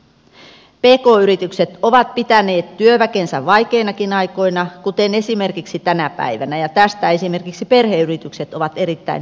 pk yritykset ovat pitäneet työväkensä vaikeinakin aikoina kuten esimerkiksi tänä päivänä ja tästä perheyritykset ovat erittäin hyvä esimerkki